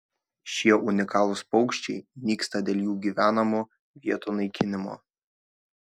šie unikalūs paukščiai nyksta dėl jų gyvenamų vietų naikinimo